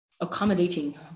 accommodating